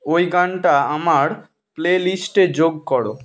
ওই গানটা আমার প্লেলিস্টে যোগ করো